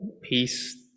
peace